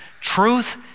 truth